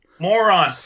Moron